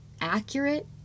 accurate